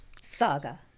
saga